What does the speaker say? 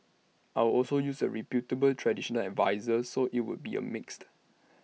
I'd also use A reputable traditional adviser so IT would be A mix